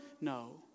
No